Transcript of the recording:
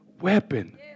weapon